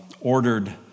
ordered